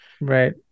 Right